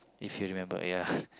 if you remember ya